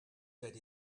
that